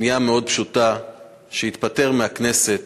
פנייה פשוטה מאוד: שיתפטר מהכנסת